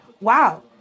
wow